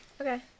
Okay